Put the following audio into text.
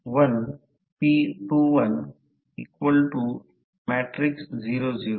तर हे स्पष्ट करा आम्ही असे लिहित आहे की I2 2 R1 I2 2 R2 एकूण तांबे लॉस